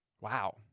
Wow